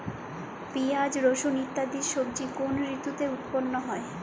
পিঁয়াজ রসুন ইত্যাদি সবজি কোন ঋতুতে উৎপন্ন হয়?